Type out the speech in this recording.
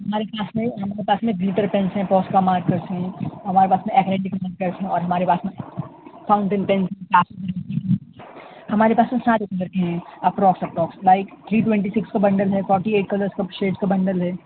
ہمارے کے یہاں سے ہمارے پاس میں پنس ہیں کروس کا مارکرس ہیں ہمارے پاس میں اہیڈہیں اور ہمارے پاس میں فاؤنٹن پن ہمارے پاس تو سارے کلر ہیں approx approx like three twenty six کا بنڈل ہے فورٹی ایٹ کلر سب شیڈ کا بنڈل ہے